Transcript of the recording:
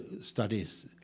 studies